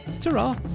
ta-ra